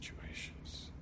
situations